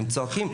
הם צועקים,